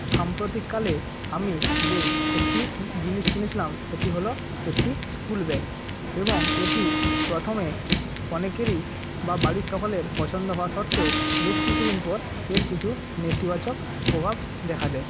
সাম্প্রতিককালে আমি যে একটি জিনিস কিনেছিলাম সেটি হল একটি স্কুল ব্যাগ এবং এটি প্রথমে অনেকেরই বা বাড়ির সকলের পছন্দ হওয়া সত্ত্বেও বেশ কিছুদিন পর এর কিছু নেতিবাচক প্রভাব দেখা যায়